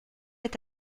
est